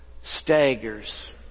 staggers